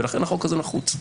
לכן החוק הזה נחוץ.